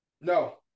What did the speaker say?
No